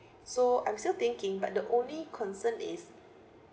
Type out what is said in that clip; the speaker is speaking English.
so I'm still thinking but the only concern is